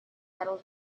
metal